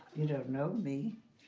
you don't know me,